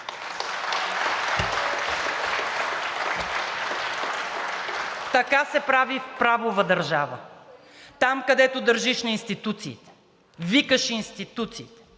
Така се прави в правова държава, там, където държиш на институциите, викаш институциите